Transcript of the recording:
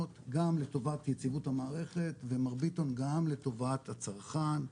גם לטובת יציבות המערכת ומרביתן גם לטובת הצרכן.